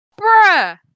bruh